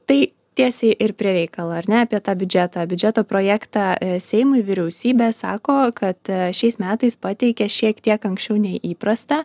tai tiesiai ir prie reikalo ar ne apie tą biudžetą biudžeto projektą seimui vyriausybė sako kad šiais metais pateikė šiek tiek anksčiau nei įprasta